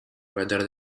rather